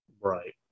Right